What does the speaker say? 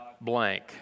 blank